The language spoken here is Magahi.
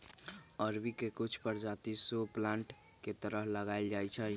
अरबी के कुछ परजाति शो प्लांट के तरह लगाएल जाई छई